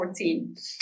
2014